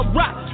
rock